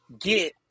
Get